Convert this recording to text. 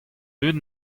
dud